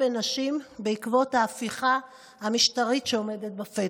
בנשים בעקבות ההפיכה המשטרית שעומדת בפתח.